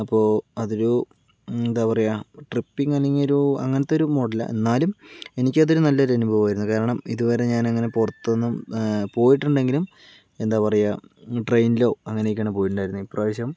അപ്പൊൾ അതൊരു എന്താ പറയുക ട്രിപ്പിംഗ് അല്ലെങ്കി ഒരു അങ്ങനത്തെ ഒരു മോഡല്ല എന്നാലും എനിക്കതൊരു നല്ലൊരു അനുഭവമായിരുന്നു കാരണം ഇതുവരെ ഞാനങ്ങനെ പുറത്തുന്നും പോയിട്ടുണ്ടെങ്കിലും എന്താ പറയുക ട്രെയിനിലോ അങ്ങനെയൊക്കെയാണ് പോയിട്ടുണ്ടാരുന്നത് ഇപ്രാവശ്യം